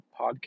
podcast